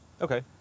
Okay